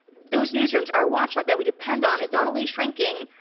those newsrooms are watching that we depend on is not only shrinking,